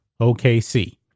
OKC